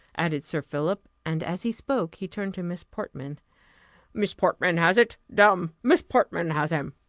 added sir philip and as he spoke, he turned to miss portman miss portman has it! damme, miss portman has him!